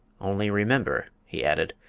only remember, he added,